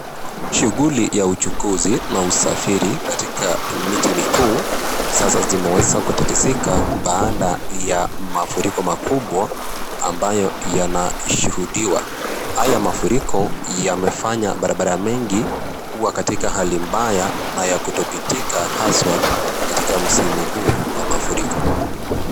Shughuli za uchukuzi na usafiri katika miji mikuu sasa zimeweza kutatizika, baada ya mafuriko makubwa ambayo yanashuhudiwa. Haya mafuriko yamefanya barabara mengi kuwa katika hali mbaya na ya kutopitika haswa katika msimu huu wa mafuriko.